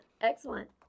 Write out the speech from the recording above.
excellent